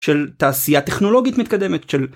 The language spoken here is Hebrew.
של תעשייה טכנולוגית מתקדמת של.